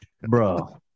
Bro